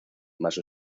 más